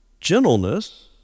gentleness